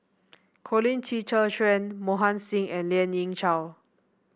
Colin Qi Zhe Quan Mohan Singh and Lien Ying Chow